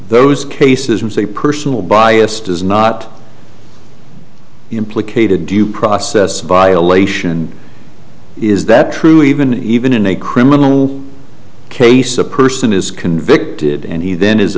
those cases was a personal bias does not implicated due process violation is that true even even in a criminal case a person is convicted and he then is